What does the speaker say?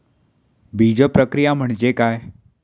बीजप्रक्रिया म्हणजे काय?